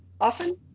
often